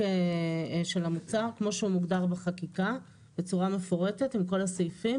של המוצר כמו שהוא מוגדר בחקיקה בצורה מפורטת עם כל הסעיפים.